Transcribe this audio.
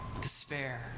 Despair